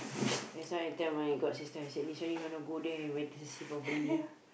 that's why I tell my god sister I said this one you want to go there you better see properly ah